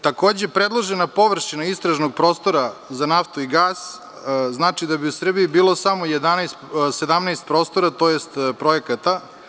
Takođe, predložena površina istražnog prostora za naftu i gas znači da bi u Srbiji bilo samo 17 prostora, tj. projekata.